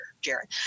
Jared